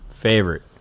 favorite